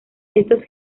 estos